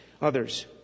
others